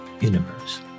universe